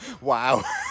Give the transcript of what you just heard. wow